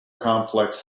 complex